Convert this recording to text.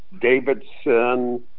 Davidson